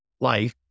life